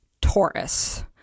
taurus